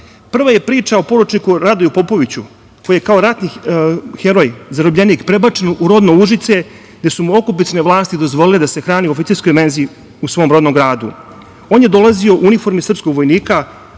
rata. Prva je priča o poručniku Radoju Popoviću koji je kao ratni heroj, zarobljenik prebačen u rodno Užice gde su mu okupacione vlasti dozvolile da se hrani u oficirskoj menzi u svom rodnom gradu. On je dolazio u uniformi srpskog vojnika,